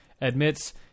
admits